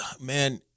man